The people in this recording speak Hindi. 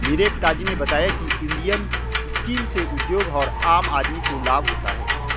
मेरे पिता जी ने बताया की इंडियन स्कीम से उद्योग और आम आदमी को लाभ होता है